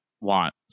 want